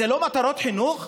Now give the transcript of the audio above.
זה לא מטרות חינוך?